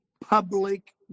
public